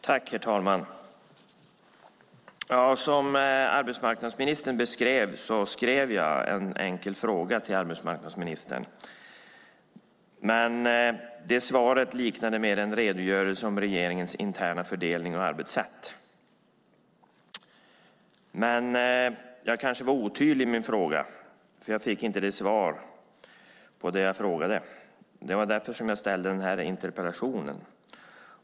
Herr talman! Som arbetsmarknadsministern beskrev skickade jag en fråga för skriftligt svar till arbetsmarknadsministern, men det svaret liknade mer en redogörelse för regeringens interna fördelning och arbetssätt. Jag kanske var otydlig i min fråga. Jag fick inte svar på det jag frågade om. Det var därför som jag ställde den här interpellationen.